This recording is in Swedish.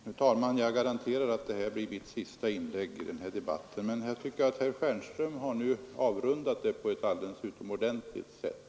Fru talman! Jag garanterar att detta blir mitt sista inlägg i denna debatt. Jag tycker att herr Stjernström nu har avrundat den på ett alldeles utomordentligt sätt.